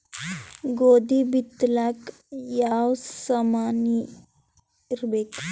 ಗೋಧಿ ಬಿತ್ತಲಾಕ ಯಾವ ಸಾಮಾನಿರಬೇಕು?